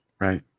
right